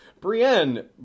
Brienne